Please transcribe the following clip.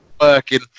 working